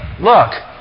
look